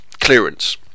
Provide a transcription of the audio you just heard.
Clearance